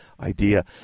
idea